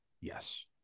Yes